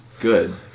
Good